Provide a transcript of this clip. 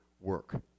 work